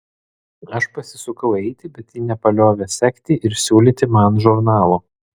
aš pasisukau eiti bet ji nepaliovė sekti ir siūlyti man žurnalo